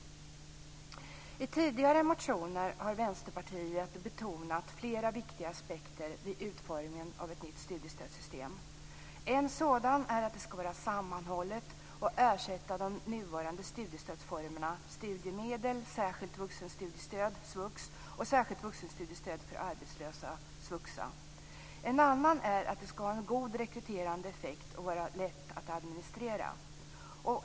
I tidigare motioner har Vänsterpartiet betonat flera viktiga aspekter vid utformningen av ett nytt studiestödssystem. En sådan är att det ska vara sammanhållet och ersätta de nuvarande studiestödsformerna studiemedel, särskilt vuxenstudiestöd - svux - och särskilt vuxenstudiestöd för arbetslösa, dvs. svuxa. En annan är att det ska ha en god rekryterande effekt och vara lätt att administrera.